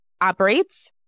operates